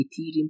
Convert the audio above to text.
Ethereum